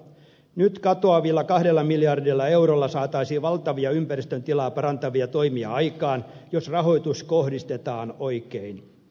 nyt katoavilla kahdella miljardilla eurolla saataisiin valtavia ympäristön tilaa parantavia toimia aikaan jos rahoitus kohdistetaan oikein